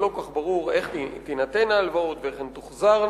אבל לא כל כך ברור איך תינתנה ההלוואות ואיך הן תוחזרנה,